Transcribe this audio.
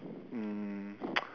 um